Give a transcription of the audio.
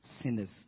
sinners